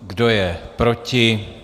Kdo je proti?